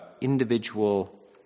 individual